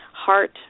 heart